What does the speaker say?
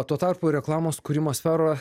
tuo tarpu reklamos kūrimo sfera